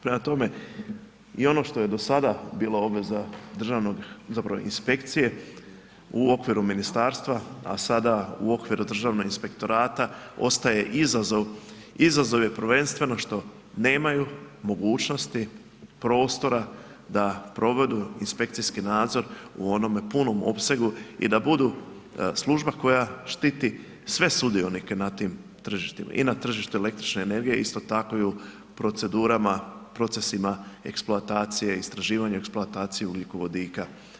Prema tome, i ono što je do sada bilo obveza državnog, zapravo inspekcije u okviru ministarstva a sada u okviru Državnog inspektorata ostaje izazov, izazov je prvenstveno što nemaju mogućnosti, prostora da provedu inspekcijski nadzor u onome punom opsegu i da budu služba koja štiti sve sudionike na tim tržištima i na tržištu električne energije, isto tako i u procedurama, procesima eksploatacije, istraživanje eksploatacije ugljikovodika.